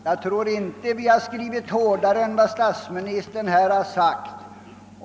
Jag tycker inte att vi har skrivit hårdare än statsministerns ord föll.